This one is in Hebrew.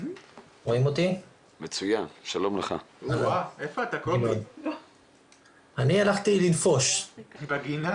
זה לא מוגדר כשיחה אלא מוגדר